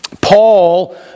Paul